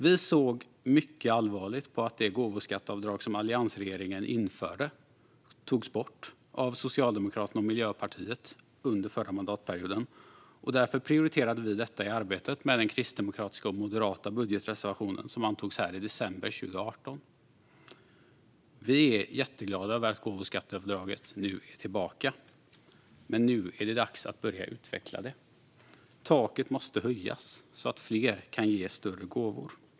Vi såg mycket allvarligt på att det gåvoskatteavdrag som alliansregeringen införde togs bort under förra mandatperioden av Socialdemokraterna och Miljöpartiet. Därför prioriterade vi det i arbetet med den kristdemokratiska och moderata budgetreservation som antogs här i riksdagen i december 2018. Vi är jätteglada över att gåvoskatteavdraget är tillbaka, men nu är det dags att börja utveckla det. Taket måste höjas, så att fler kan ge större gåvor.